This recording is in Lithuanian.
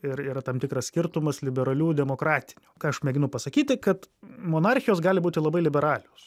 ir yra tam tikras skirtumas liberalių demokratinių ką aš mėginu pasakyti kad monarchijos gali būti labai liberalios